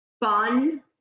fun